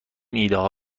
ایدهها